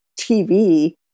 TV